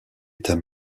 était